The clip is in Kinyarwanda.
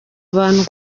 abantu